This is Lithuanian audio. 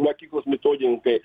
mokyklos metodininkai